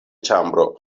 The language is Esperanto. ĉambro